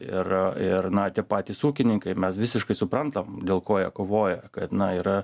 ir ir na tie patys ūkininkai mes visiškai suprantam dėl ko jie kovoja kad na yra